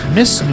Miss